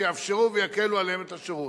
שיאפשרו ויקלו עליהם את השירות.